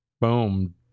Boom